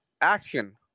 action